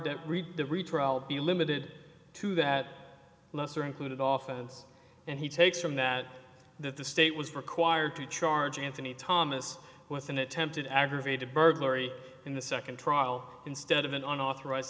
retrial be limited to that lesser included office and he takes from that that the state was required to charge anthony thomas with an attempted aggravated burglary in the second trial instead of an authorized